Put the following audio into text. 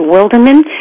Wilderman